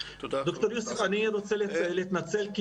תודה חבר הכנסת עסאקלה.